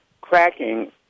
cracking